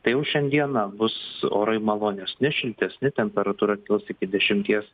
tai jau šiandieną bus orai malonesni šiltesni temperatūra kils iki dešimties